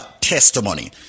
testimony